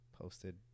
posted